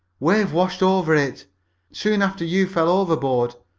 wave washed over it soon after you fell overboard.